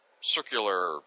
circular